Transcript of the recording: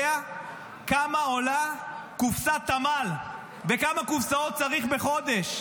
כמה עולה קופסת תמ"ל וכמה קופסאות צריך בחודש.